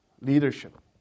leadership